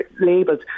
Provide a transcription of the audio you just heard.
labels